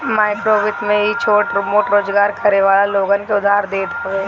माइक्रोवित्त में इ छोट मोट रोजगार करे वाला लोगन के उधार देत हवे